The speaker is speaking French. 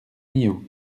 millau